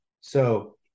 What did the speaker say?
So-